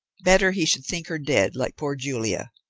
better he should think her dead, like poor julia.